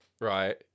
right